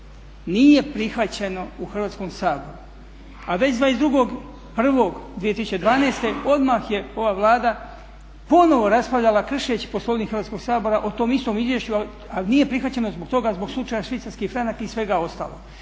nije prihvaćeno u Hrvatskom saboru a već 22.1.2012. odmah je ova Vlada ponovo raspravljala kršeći Poslovnik Hrvatskoga sabora o tom istom izvješću ali nije prihvaćeno zbog toga, zbog slučaja švicarski franak i svega ostalog.